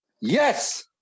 Yes